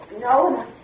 No